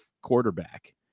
quarterback